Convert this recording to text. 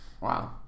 Wow